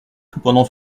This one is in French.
surtout